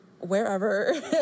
Wherever